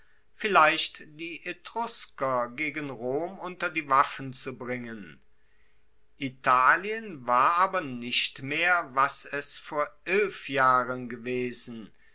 vielleicht die etrusker gegen rom unter die waffen zu bringen italien war aber nicht mehr was es vor elf jahren gewesen